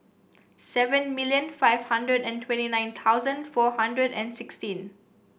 seven million five hundred and twenty nine thousand four hundred and sixteen